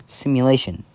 simulation